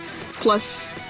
Plus